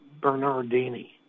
Bernardini